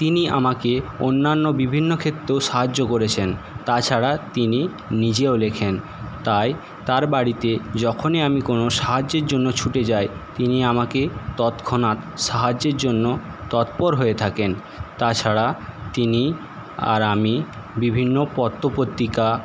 তিনি আমাকে অন্যান্য বিভিন্ন ক্ষেত্রেও সাহায্য করেছেন তাছাড়া তিনি নিজেও লেখেন তাই তার বাড়িতে যখনই আমি কোনো সাহায্যের জন্য ছুটে যাই তিনি আমাকে তৎক্ষণাৎ সাহায্যের জন্য তৎপর হয়ে থাকেন তাছাড়া তিনি আর আমি বিভিন্ন পত্র পত্রিকা